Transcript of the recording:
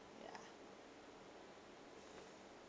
ya